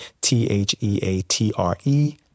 T-H-E-A-T-R-E